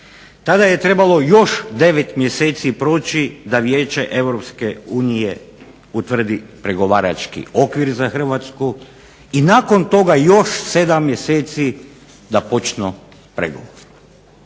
Tada je trebalo još 9 mjeseci proći da Vijeće EU utvrdi pregovarački okvir za Hrvatsku i nakon toga još 7 mjeseci da počnu pregovori.